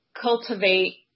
cultivate